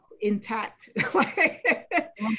intact